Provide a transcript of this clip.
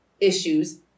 issues